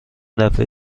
دفعه